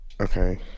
Okay